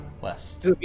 west